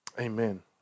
Amen